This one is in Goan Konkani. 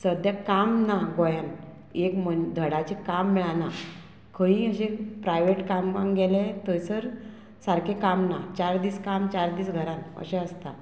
सद्द्या काम ना गोंयान एक मन धडाचें काम मेळना खंयी अशें प्रायवेट कामाक गेले थंयसर सारकें काम ना चार दीस काम चार दीस घरान अशें आसता